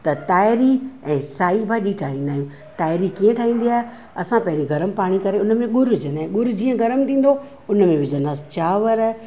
त ताइरी ऐं साई भाॼी ठाहींदा आहियूं ताइरी कीअं ठहींदी आहे असां पहिरीं गर्मु पाणी करे उन में ॻुड़ विझंदा आहियूं ॻुड़ जीअं गर्मु थींदो उन में विझंदासीं चांवर